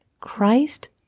Christ